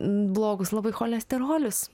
blogus labai cholesterolius